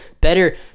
better